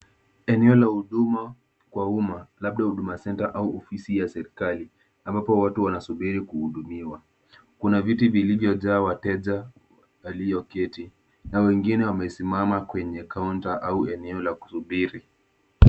Eneo la huduma kwa umma, labda Huduma Centre au ofisi ya serikali ambapo watu wanasubiri kuhudumiwa. Kuna viti vilivyojaa wateja walioketi na wengine wamesimama kwenye kaunta au eneo la kusubiri.